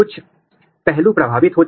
इसी तरह यदि आप इस उदाहरण को लेते हैं